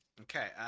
Okay